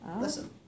Listen